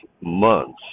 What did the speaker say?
months